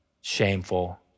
shameful